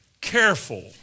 careful